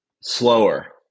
Slower